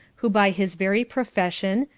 who by his very profession,